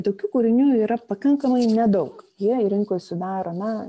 tokių kūrinių yra pakankamai nedaug jie rinkoj sudaro na